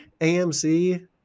AMC